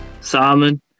Simon